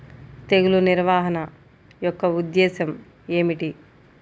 తెగులు నిర్వహణ యొక్క ఉద్దేశం ఏమిటి?